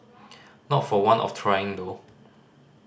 not for want of trying though